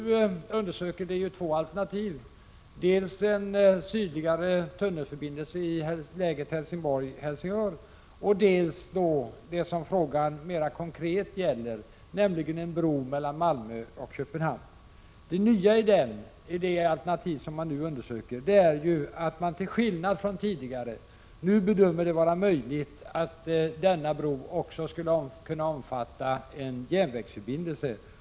Man undersöker nu två alternativ, dels en sydligare tunnelför bindelse i området Helsingborg/Helsingör, dels det som frågan mera konkret gäller, nämligen en bro mellan Malmö och Köpenhamn. Det nya i det alternativ som nu undersöks är att man -— till skillnad från tidigare — i dag bedömer det vara möjligt att denna bro också skulle kunna omfatta en järnvägsförbindelse.